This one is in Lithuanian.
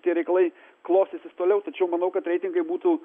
tie reikalai klostysis toliau tačiau manau kad reitingai būtų